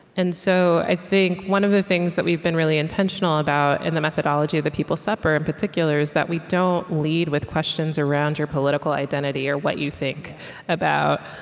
and so i think one of the things that we've been really intentional about in the methodology of the people's supper in particular is that we don't lead with questions around your political identity or what you think about